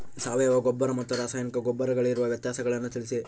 ಸಾವಯವ ಗೊಬ್ಬರ ಮತ್ತು ರಾಸಾಯನಿಕ ಗೊಬ್ಬರಗಳಿಗಿರುವ ವ್ಯತ್ಯಾಸಗಳನ್ನು ತಿಳಿಸಿ?